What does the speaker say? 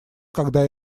когда